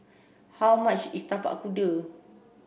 how much is Tapak Kuda